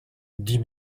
dit